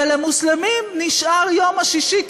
ולמוסלמים נשאר יום השישי,